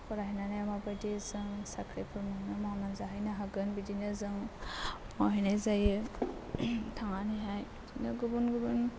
फरायहैनानै माबायदि जों साख्रिफोर मावना जाहैनो हागोन बिदिनो जों मावहैनाय जायो थांनानैहाय बिदिनो गुबुन गुबुन